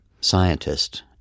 scientist